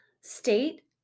state